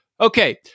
Okay